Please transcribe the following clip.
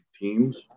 teams